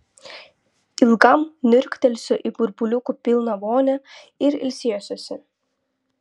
ilgam niurktelėsiu į burbuliukų pilną vonią ir ilsėsiuosi